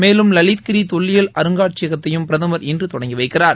மேலும் தொல்லியல் அருங்காட்சியகத்தையும் பிரதமர் இன்று தொடங்கி வைக்கிறார்